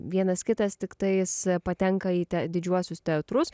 vienas kitas tiktais patenka į didžiuosius teatrus